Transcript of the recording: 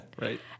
Right